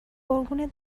قربون